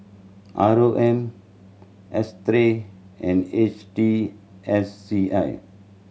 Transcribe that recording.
R O M S Three and H T S C I